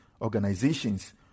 organizations